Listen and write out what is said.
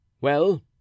Well